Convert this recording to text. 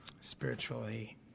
spiritually